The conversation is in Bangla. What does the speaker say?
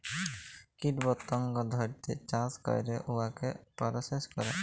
কীট পতঙ্গ ধ্যইরে চাষ ক্যইরে উয়াকে পরসেস ক্যরে